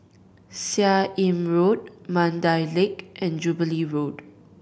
Seah Im Road Mandai Lake and Jubilee Road